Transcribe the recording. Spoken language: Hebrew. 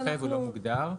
הוא לא מוגדר.